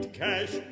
cash